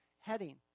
heading